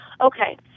okay